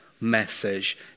message